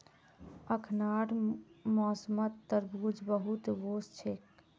अखनार मौसमत तरबूज बहुत वोस छेक